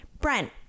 Brent